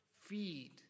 feed